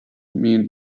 mean